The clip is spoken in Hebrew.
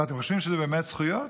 אתם חושבים שזה באמת זכויות?